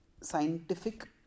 scientific